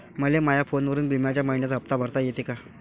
मले माया फोनवरून बिम्याचा मइन्याचा हप्ता भरता येते का?